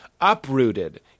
Uprooted